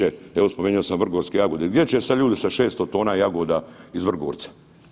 Evo, spomenuo sam vrgorske jagode, gdje će sad ljudi sa 600 tona jagoda iz Vrgorca?